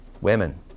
Women